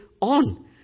on